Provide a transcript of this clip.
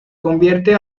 convierte